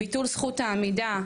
ביטול זכות העמידה,